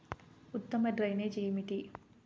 ఉత్తమ డ్రైనేజ్ ఏమిటి?